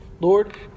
Lord